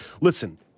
Listen